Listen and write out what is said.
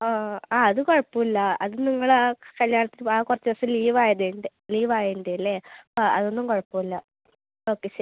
ആ ആ അത് കുഴപ്പമില്ല അത് നിങ്ങൾ ആ കല്ല്യാണത്തിനും ആ കുറച്ച് ദിവസം ലീവ് ആയതിൻ്റെ ലീവ് ആയതിൻ്റെ അല്ലേ ആ അത് ഒന്നും കുഴപ്പമില്ല ഓക്കെ